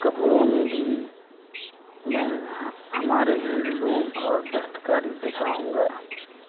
کپڑوں میں بھی میں ہمارے ہینڈ لوم اور دستکاری دکھاؤں گا